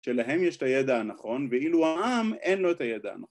שלהם יש את הידע הנכון, ואילו העם אין לו את הידע הנכון.